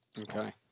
Okay